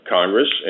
Congress